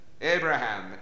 Abraham